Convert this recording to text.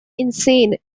insane